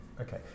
okay